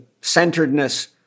centeredness